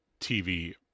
tv